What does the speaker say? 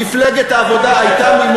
מפלגת העבודה הייתה, אני